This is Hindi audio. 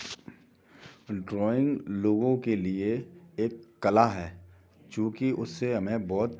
ड्राइंग लोगों के लिए एक कला है क्योंकि उससे हमें बहुत